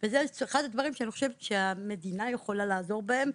וזה אחד הדברים שאני חושבת שהמדינה יכולה לעזור בהם,